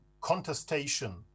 contestation